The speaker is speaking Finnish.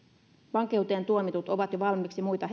vankeuteen tuomitut ovat jo valmiiksi muita